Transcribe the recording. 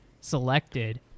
selected